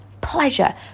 pleasure